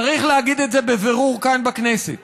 צריך להגיד את זה בבירור כאן בכנסת.